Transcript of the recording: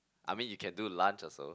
I mean you can do lunch also